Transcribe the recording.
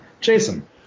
Jason